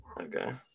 okay